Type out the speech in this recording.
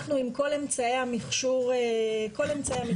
עם כל אמצעי המכשור שלנו,